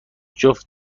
جفت